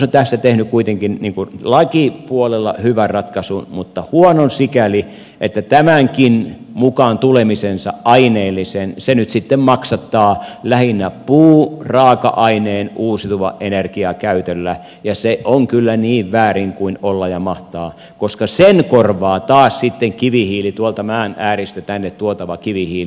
hallitus on tässä tehnyt kuitenkin lakipuolella hyvän ratkaisun mutta huonon sikäli että tämänkin mukaantulemisensa aineellisen se nyt sitten maksattaa lähinnä puuraaka aineen uusiutuvan energian käytöllä ja se on kyllä niin väärin kuin olla ja mahtaa koska sen korvaa taas sitten kivihiili tuolta maan ääristä tänne tuotava kivihiili